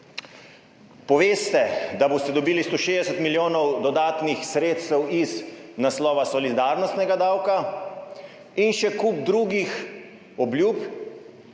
poveste, da boste dobili 160 milijonov dodatnih sredstev iz naslova solidarnostnega davka in še kup drugih obljub,